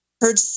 heard